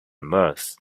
meuse